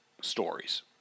stories